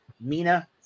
Mina